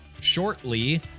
shortly